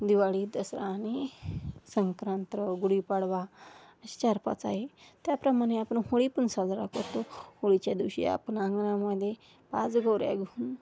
दिवाळी दसरा आणि संक्रांत गुढीपाडवा असे चारपाच आहे त्याप्रमाणे आपण होळी पण साजरा करतो होळीच्या दिवशी आपण अंगणामध्ये पाच गौवऱ्या घेऊन